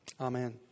Amen